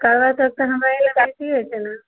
करबा चौठ पर हमरा की हेतै ने